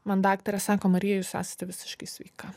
man daktaras sako marija jūs esate visiškai sveika